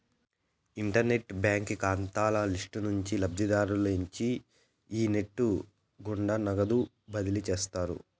internet బాంకీ కాతాల list నుంచి లబ్ధిదారుని ఎంచి ఈ నెస్ట్ గుండా నగదు బదిలీ చేస్తారు